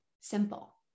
simple